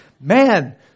Man